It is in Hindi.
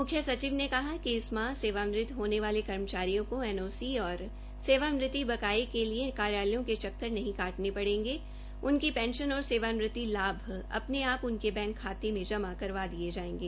मुख्यसचिव ने कहा कि इस माह सेवा निवृत होने वाले कर्मचारियों को एनओसी और सेवानिवृति बकाये के लिए कार्यालयों के चक्कर नहीं काटने पड़ेगे उनकी पेंशन और सेवानिवृति लाभ अपने आप उनके बैंक खाते में जाम करवा दिये जायेंगे